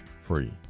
free